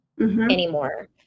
anymore